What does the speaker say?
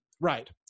Right